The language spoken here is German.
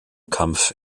kampf